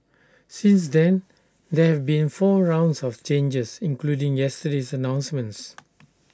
since then there have been four rounds of changes including yesterday's announcements